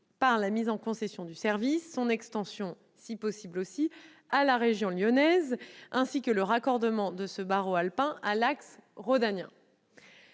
par la mise en concession du service, par son extension si possible à la région lyonnaise, ainsi que par le raccordement de ce barreau alpin à l'axe rhodanien.